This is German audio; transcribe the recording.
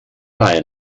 reihe